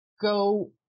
go